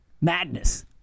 Madness